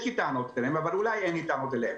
יש לי טענות אליהן אבל אולי אין לי טענות אליהן.